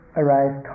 arise